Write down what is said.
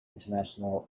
international